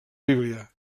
bíblia